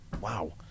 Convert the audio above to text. wow